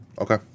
Okay